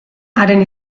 haren